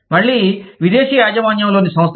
మళ్ళీ విదేశీ యాజమాన్యంలోని సంస్థలు